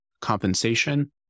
compensation